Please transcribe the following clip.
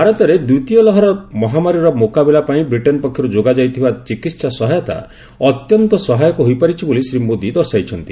ଭାରତରେ ଦ୍ୱିତୀୟ ଲହର ମହାମାରୀର ମ୍ରକାବିଲା ପାଇଁ ବ୍ରିଟେନ ପକ୍ଷରୁ ଯୋଗାଯାଇଥିବା ଚିକିତ୍ସା ସହାୟତା ଅତ୍ୟନ୍ତ ସହାୟକ ହୋଇପାରିଛି ବୋଲି ଶ୍ରୀ ମୋଦୀ ଦର୍ଶାଇଛନ୍ତି